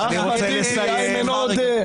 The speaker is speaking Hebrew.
איימן עודה.